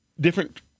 Different